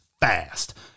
fast